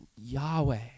Yahweh